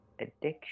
Addiction